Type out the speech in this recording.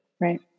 Right